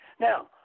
Now